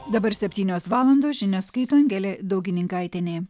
dabar septynios valandos žinias skaito angelė daugininkaitienė